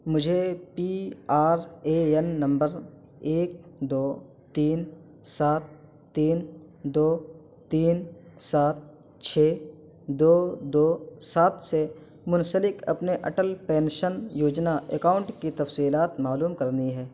مجھے P R A N نمبر ایک دو تین سات تین دو تین سات چھ دو دو سات سے منسلک اپنے اٹل پینشن یوجنا اکاؤنٹ کی تفصیلات معلوم کرنی ہے